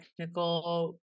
technical